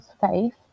faith